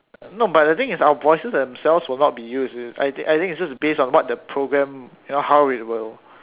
no but the thing is our voices themselves will not be used I think I think is just based on what the program you know how it will